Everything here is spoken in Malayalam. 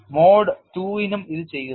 മോഡ് II നും ഇത് ചെയ്യുന്നു